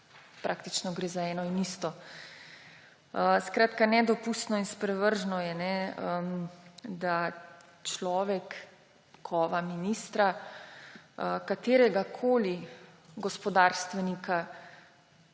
praktično gre za eno in isto. Skratka, nedopustno in sprevrženo je, da človek kova ministra kateregakoli gospodarstvenika,